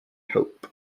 hope